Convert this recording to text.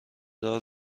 دار